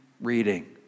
reading